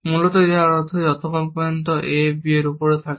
মূলত যার অর্থ যতক্ষণ পর্যন্ত a b এর উপর থাকে